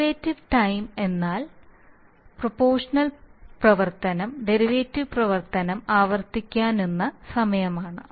derivative time എന്നാൽ proportional പ്രവർത്തനം derivative പ്രവർത്തനം ആവർത്തിക്കുന്ന സമയമാണ്